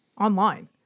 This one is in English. online